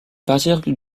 partir